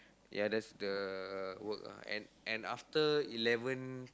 ya that's the work ah and and after eleven